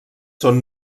són